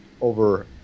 over